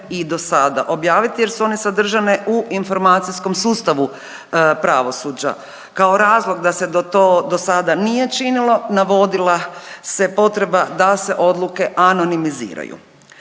i do sada objavit jer su one sadržane u informacijskom sustavu pravosuđa. Kao razlog da se do to do sada nije činilo, navodila se potreba da se odluke anonimiziraju.